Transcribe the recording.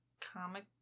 Comic